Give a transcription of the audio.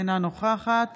אינה נוכחת